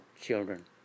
children